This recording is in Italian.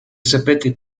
sapete